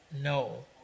No